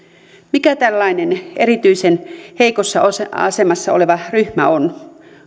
mikä tällainen erityisen heikossa asemassa oleva ryhmä on